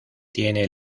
tiene